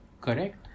Correct